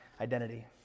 identity